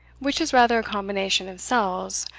which is rather a combination of cells,